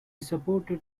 supported